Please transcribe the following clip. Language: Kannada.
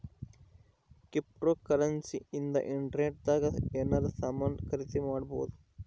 ಕ್ರಿಪ್ಟೋಕರೆನ್ಸಿ ಇಂದ ಇಂಟರ್ನೆಟ್ ದಾಗ ಎನಾರ ಸಾಮನ್ ಖರೀದಿ ಮಾಡ್ಬೊದು